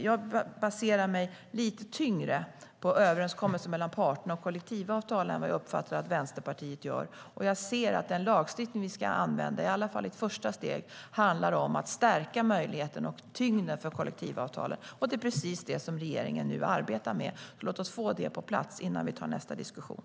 Jag baserar mig lite tyngre på överenskommelser mellan parterna och kollektivavtalen än vad jag uppfattar att Vänsterpartiet gör. Jag anser att den lagstiftning vi ska använda, i alla fall i ett första steg, handlar om att stärka möjligheten med och tyngden i kollektivavtalen. Det är precis vad regeringen nu arbetar med. Låt oss få det på plats innan vi tar nästa diskussion.